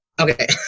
Okay